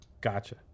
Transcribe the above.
gotcha